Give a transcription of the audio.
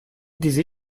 dizi